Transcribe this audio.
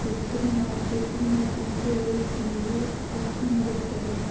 digital marketing में तुमको SEO काफी मदद करेगा